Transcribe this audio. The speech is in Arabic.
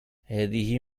هذه